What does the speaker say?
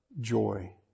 joy